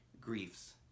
griefs